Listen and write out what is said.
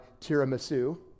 tiramisu